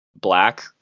black